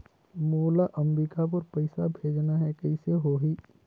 मोला अम्बिकापुर पइसा भेजना है, कइसे होही?